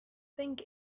think